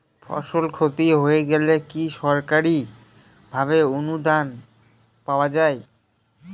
ফসল ক্ষতি হয়ে গেলে কি সরকারি ভাবে অনুদান পাওয়া য়ায়?